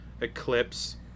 Eclipse